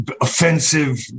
offensive